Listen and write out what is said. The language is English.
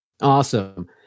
Awesome